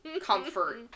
comfort